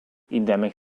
endemic